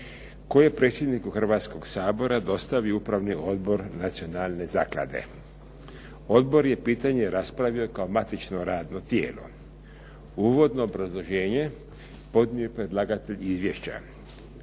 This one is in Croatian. koji je predsjedniku Hrvatskoga sabora dostavio Upravni odbor Nacionalne zaklade. Odbor je pitanje raspravio kao matično radno tijelo. Uvodno obrazloženje podnio je predlagatelj izvješća.